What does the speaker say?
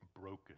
broken